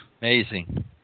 amazing